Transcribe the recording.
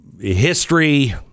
history